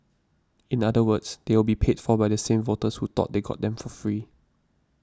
in other words they will be paid for by the same voters who thought they got them for free